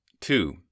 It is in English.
two